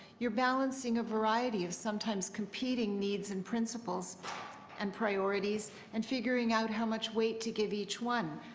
you're balancing a variety of sometimes compete being needs and principles and priorities and figuring out how much weight to give each one.